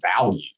value